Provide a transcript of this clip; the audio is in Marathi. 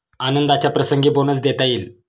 आनंदाच्या प्रसंगी बोनस देता येईल